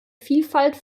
vielfalt